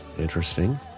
interesting